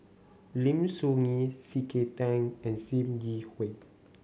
Lim Soo Ngee C K Tang and Sim Yi Hui